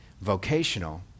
vocational